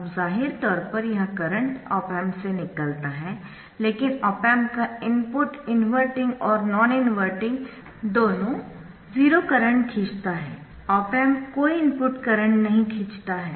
अब जाहिर तौर पर यह करंट ऑप एम्प से निकलता है लेकिन ऑप एम्प का इनपुट इनवर्टिंग और नॉन इनवर्टिंग दोनों 0 करंट खींचता है ऑप एम्प कोई इनपुट करंट नहीं खींचता है